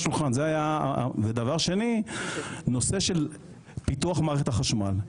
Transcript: ודבר שני, נושא של פיתוח מערכת החשמל.